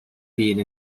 being